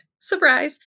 surprise